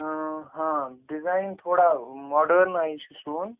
ہاں ڈِزایِن تھوڑا ماڈٲرٕن آیی چھُ سُوُن